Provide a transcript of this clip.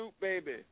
baby